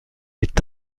est